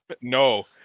no